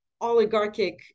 Oligarchic